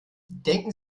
denken